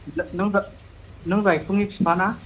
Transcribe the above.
नों नों जायख्लंनि बिफाना